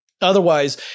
Otherwise